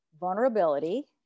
vulnerability